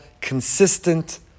consistent